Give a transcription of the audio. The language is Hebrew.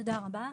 תודה רבה.